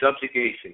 subjugation